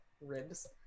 ribs